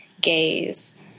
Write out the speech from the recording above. gaze